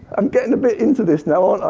i'm getting a bit into this now, aren't i.